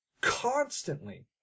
constantly